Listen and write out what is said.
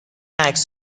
عکس